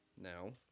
now